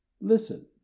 Listen